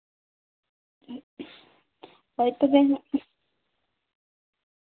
ᱦᱳᱭ ᱛᱚᱵᱮ